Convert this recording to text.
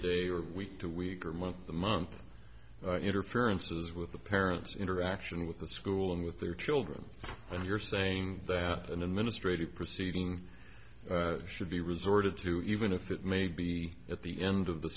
a week to week or month to month interferences with the parents interaction with the school and with their children and you're saying that an administrative proceeding should be resorted to even if it may be at the end of the